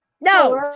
No